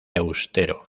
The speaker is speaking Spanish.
austero